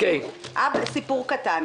סיפור קטן,